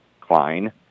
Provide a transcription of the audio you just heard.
Klein